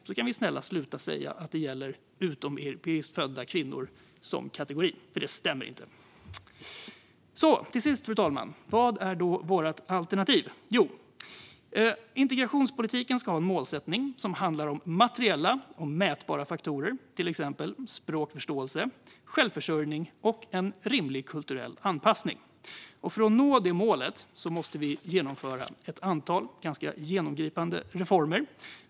Då kan vi vara snälla och sluta säga att det gäller utomeuropeiskt födda kvinnor som kategori, för det stämmer inte. Till sist, fru talman: Vad är då vårt alternativ? Integrationspolitiken ska en målsättning som handlar om materiella och mätbara faktorer, till exempel språkförståelse, självförsörjning och en rimlig kulturell anpassning. För att nå det målet måste vi genomföra ett antal ganska genomgripande reformer.